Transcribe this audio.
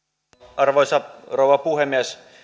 arvoisa rouva puhemies